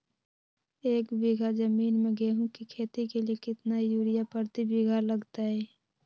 एक बिघा जमीन में गेहूं के खेती के लिए कितना यूरिया प्रति बीघा लगतय?